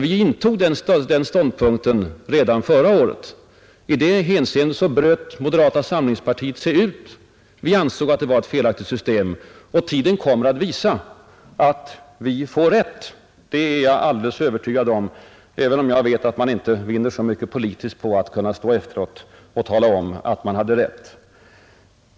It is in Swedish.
Vi intog den ståndpunkten redan förra året. I det hänseendet bröt moderata samlingspartiet sig ut. Vi ansåg att det nya skattesystemet var felaktigt, och tiden kommer att visa att vi hade rätt. Det är jag alldeles övertygad om, även om jag vet att man inte vinner så mycket politiskt på att kunna efteråt tala om att man hade rätt.